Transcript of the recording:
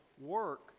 work